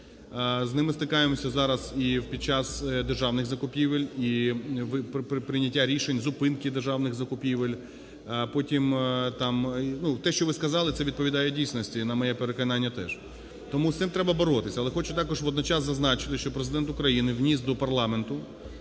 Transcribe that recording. З ними стикаємося зараз і під час державних закупівель і при прийнятті рішень, зупинки державних закупівель. Потім там… Ну, те, що ви сказали, це відповідає дійсності, на моє переконання, теж. Тому з цим треба боротися. Але хочу також водночас зазначити, що Президент України вніс до парламенту